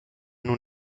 nun